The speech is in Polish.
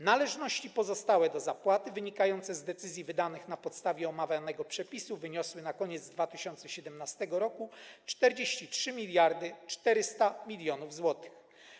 Należności pozostałe do zapłaty wynikające z decyzji wydanych na podstawie omawianego przepisu wyniosły na koniec 2017 r. 43,4 mld zł.